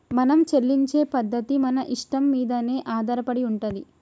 మనం చెల్లించే పద్ధతి మన ఇష్టం మీదనే ఆధారపడి ఉంటది